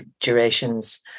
durations